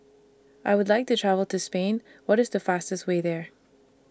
I Would like to travel to Spain What IS The fastest Way There